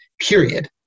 period